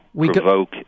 provoke